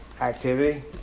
activity